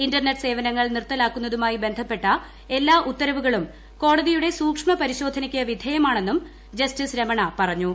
internet സേവനങ്ങൾ നിർത്തലാക്കുന്നതുമായി ബന്ധപ്പെട്ട എല്ലാ ഉത്തരവുകളും കോടതിയുടെ സൂക്ഷ്മ പരിശോധനയ്ക്ക് വിധേയമാണെന്നും ജസ്റ്റിസ് രമണ പറഞ്ഞു